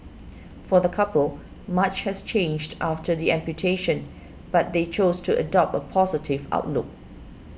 for the couple much has changed after the amputation but they choose to adopt a positive outlook